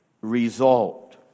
result